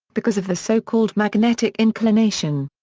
because of the so-called magnetic inclination.